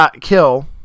kill